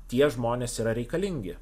tie žmonės yra reikalingi